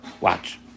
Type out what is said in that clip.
watch